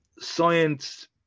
Science